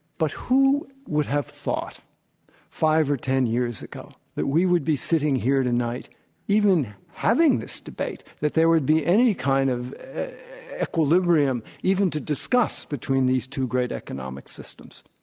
but who would have thought five or ten years ago, that we would be sitting here tonight even having this debate, that there would be any kind of equilibrium even to discuss between these two great economic systems.